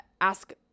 Ask